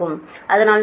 அதனால் நான் 8